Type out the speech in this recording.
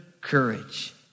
courage